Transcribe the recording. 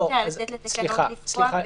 אי-אפשר היה לתת לתקנות לפקוע,